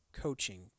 coaching